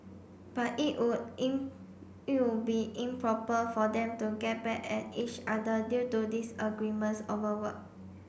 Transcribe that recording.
but it would in it would be improper for them to get back at each other due to disagreements over work